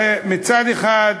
הרי מצד אחד,